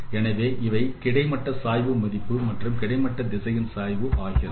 எனவே இவை கிடைமட்ட சாய்வு மதிப்பு மற்றும் கிடைமட்ட திசையின் சாய்வு மதிப்பு ஆகிறது